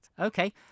okay